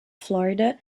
florida